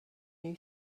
new